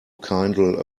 kindle